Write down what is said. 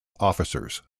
officers